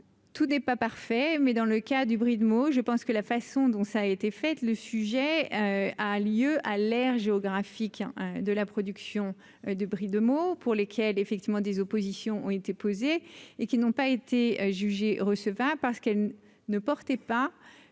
tout n'est pas parfait mais dans le cas du brie de Meaux, je pense que la façon dont ça a été fait, le sujet a lieu à l'aire géographique de la production de Brie de Meaux pour lesquelles effectivement des oppositions ont été et qui n'ont pas été jugée recevable parce qu'elle ne portait pas